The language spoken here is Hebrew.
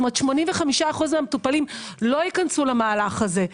כלומר 85% מהמטופלים לא ייכנסו למהלך הזה,